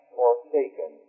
forsaken